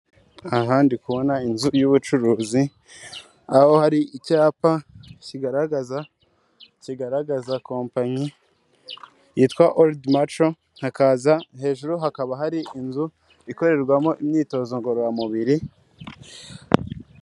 Aha ndi kubona inzu y'ubucuruzi, aho hari icyapa kigaragaza, kigaragaza kompanyi yitwa Orudi maco, hakaza hejuru hakaba hari inzu ikorerwamo imyitozo ngororamubiri.